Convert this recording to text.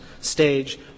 stage